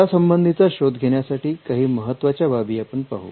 शोधा संबंधीचा शोध घेण्यासाठी काही महत्त्वाच्या बाबी आपण पाहू